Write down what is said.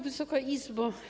Wysoka Izbo!